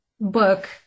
book